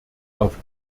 auf